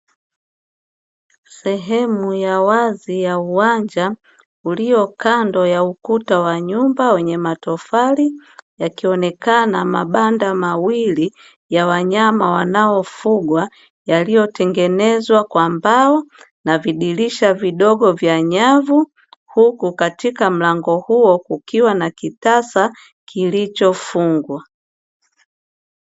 Sehemu ya wazi ya uwanja ulio kando ya ukuta wa nyumba, wenye matofali yakionekana mabanda mawili ya wanyama wanaofugwa yaliyotengenezwa kwa mbao na vidirisha vidogo vya nyavu, huku katika mlango huo kukiwa na kitasa kilichofungwa.